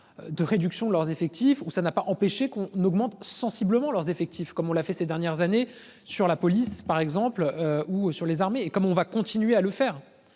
De réduction de leurs effectifs où ça n'a pas empêché qu'on augmente sensiblement leurs effectifs comme on l'a fait ces dernières années sur la police par exemple ou sur les armées comme on va continuer à le faire